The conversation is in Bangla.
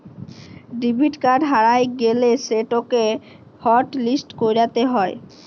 ডেবিট কাড় হারাঁয় গ্যালে সেটকে হটলিস্ট ক্যইরতে হ্যয়